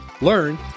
learn